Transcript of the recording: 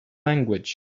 language